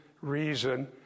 reason